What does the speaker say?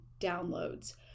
downloads